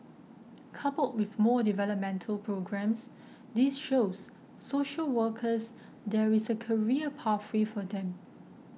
coupled with more developmental programmes this shows social workers there is a career pathway for them